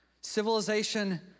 Civilization